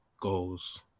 goals